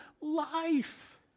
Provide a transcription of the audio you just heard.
life